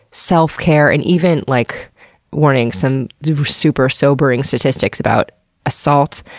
self-care, and even like warning! some super sobering statistics about assault,